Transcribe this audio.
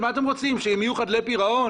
אתם רוצים שהם יהיו חדלי פירעון?